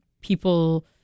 people